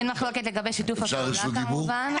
אין מחלוקת לגבי שיתוף הפעולה כמובן.